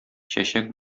чәчәк